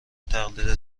تقلید